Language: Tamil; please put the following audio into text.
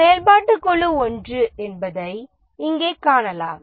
செயல்பாட்டுக் குழு ஒன்று என்பதை இங்கே காணலாம்